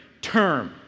term